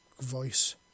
voice